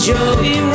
Joey